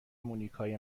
مونیکای